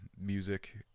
music